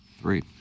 Three